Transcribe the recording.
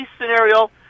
scenario